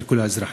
של כל האזרחים.